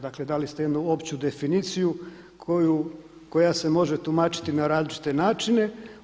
Dakle, dali ste jednu opću definiciju koja se može tumačiti na različite načine.